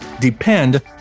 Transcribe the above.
depend